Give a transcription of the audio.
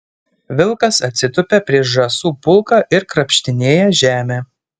vilkas atsitupia prieš žąsų pulką ir krapštinėja žemę